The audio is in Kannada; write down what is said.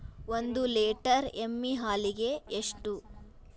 ಒಂದು ಲೇಟರ್ ಎಮ್ಮಿ ಹಾಲಿಗೆ ಎಷ್ಟು?